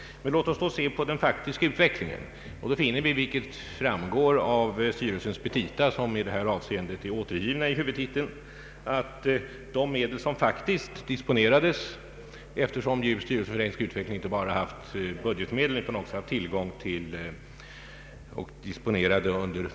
Låt oss se på den faktiska utvecklingen. Vi finner då, vilket framgår av styrelsens petita, som är återgivna i huvudtiteln, att de medel som disponerades 1968/69 under styrelsens första verksamhetsår uppgick till 80 miljoner kronor.